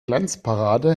glanzparade